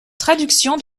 traduction